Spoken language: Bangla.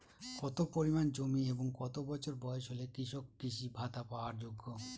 কত পরিমাণ জমি এবং কত বছর বয়স হলে কৃষক কৃষি ভাতা পাওয়ার যোগ্য?